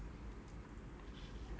cause you go further in is Gedong